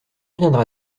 viendra